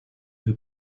who